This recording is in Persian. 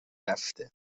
رفته